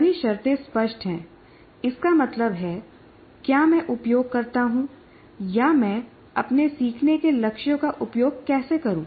सभी शर्तें स्पष्ट हैं इसका मतलब है क्या मैं उपयोग करता हूँ या मैं अपने सीखने के लक्ष्यों का उपयोग कैसे करूं